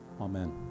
Amen